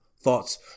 thoughts